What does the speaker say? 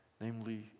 namely